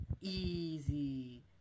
easy